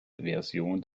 version